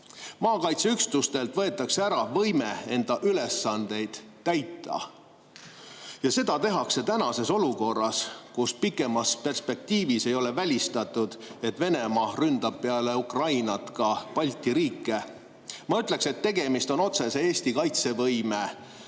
Maakaitseüksustelt võetakse ära võime enda ülesandeid täita. Ja seda tehakse praeguses olukorras, kus pikemas perspektiivis ei ole välistatud, et Venemaa ründab peale Ukraina ka Balti riike. Ma ütleksin, et tegemist on otsese Eesti kaitsevõime